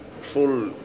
full